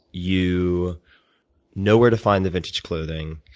you know where to find the vintage clothing,